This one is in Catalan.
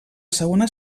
segona